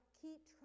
Keep